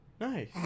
Nice